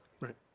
Right